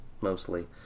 mostly